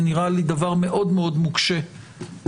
זה נראה לי דבר מאוד מאוד נוקשה לקבל